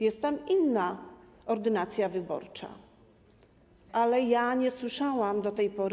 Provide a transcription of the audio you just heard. Jest tam inna ordynacja wyborcza, ale ja nie słyszałam do tej pory.